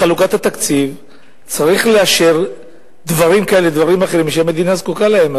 בחלוקת התקציב צריך לאשר דברים כאלה ודברים אחרים שהמדינה זקוקה להם.